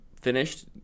finished